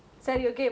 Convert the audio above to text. K